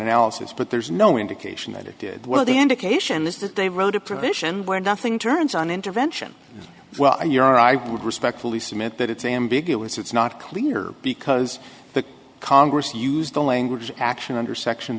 analysis but there's no indication that it did one of the indication is that they wrote a provision where nothing turns on intervention well you're i would respectfully submit that it's ambiguous it's not clear because the congress used the language of action under section